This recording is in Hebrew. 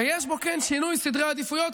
ויש בו שינוי סדרי עדיפויות,